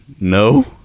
no